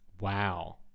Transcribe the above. Wow